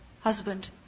Husband